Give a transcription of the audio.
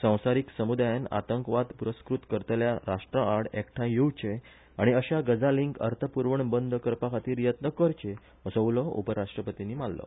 संवसारिक समुदायान आतंकवाद पुरस्कृत करतल्या राश्ट्राआड एकठांय येवचे आनी अश्या गजालींक अर्थप्रवण बंद करपाखातीर यत्न करचे असो उलो उपराश्ट्रपतीनी मारलो